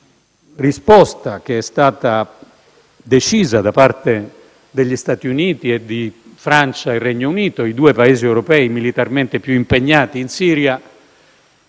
la risposta che è stata decisa da parte degli Stati Uniti, Francia e Regno Unito (i due Paesi europei militarmente più impegnati in Siria).